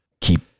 keep